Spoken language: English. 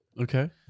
okay